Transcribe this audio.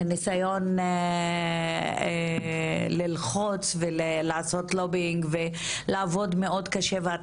מניסיון ללחוץ ולעשות לובינג ולעבוד מאוד קשה ואת